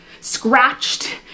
scratched